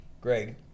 Greg